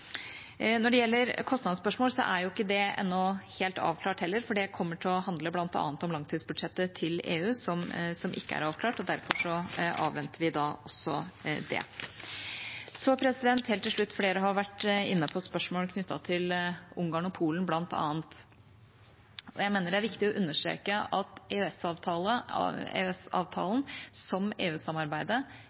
Når det gjelder kostnadsspørsmål, er heller ikke det helt avklart, for det kommer til å handle om langtidsbudsjettet til EU, som ikke er avklart, og derfor avventer vi også det. Helt til slutt: Flere har vært inne på spørsmål knyttet til bl.a. Ungarn og Polen. Jeg mener det er viktig å understreke at EØS-avtalen – som EU-samarbeidet – bygger på et sett med grunnleggende verdier, normer og rettigheter. Det er det som